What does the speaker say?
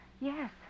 Yes